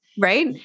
Right